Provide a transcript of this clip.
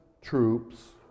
troops